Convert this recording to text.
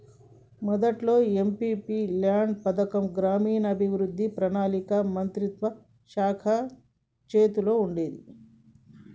మొదట్లో ఈ MP LADS పథకం గ్రామీణాభివృద్ధి పణాళిక మంత్రిత్వ శాఖ చేతుల్లో ఉండేది